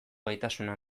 gaitasuna